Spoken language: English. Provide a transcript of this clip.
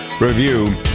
Review